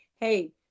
hey